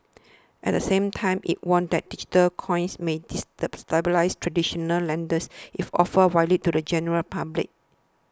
at the same time it warned that digital coins might traditional lenders if offered widely to the general public